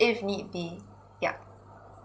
if need be